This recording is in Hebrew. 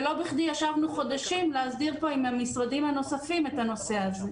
ולא בכדי ישבנו חודשים להסדיר עם המשרדים הנוספים את הנושא הזה.